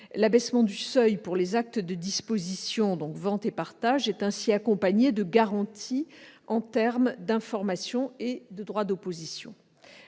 L'abaissement du seuil pour les actes de disposition- vente et partage -est ainsi accompagné de garanties en termes d'information et de droit d'opposition.